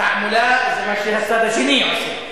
תעמולה זה מה שהצד השני עושה.